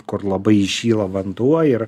kur labai įšyla vanduo ir